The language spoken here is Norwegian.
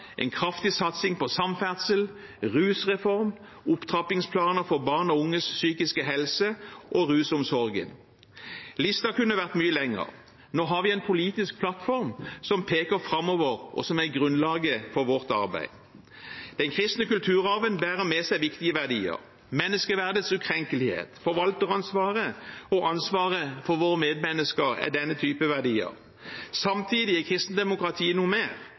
en kraftig satsing på samferdsel, rusreform, opptrappingsplaner for barn og unges psykiske helse og rusomsorgen. Listen kunne vært mye lengre. Nå har vi en politisk plattform som peker framover, og som er grunnlaget for vårt arbeid. Den kristne kulturarven bærer med seg viktige verdier. Menneskeverdets ukrenkelighet, forvalteransvaret og ansvaret for våre medmennesker er denne type verdier. Samtidig er kristendemokratiet noe mer,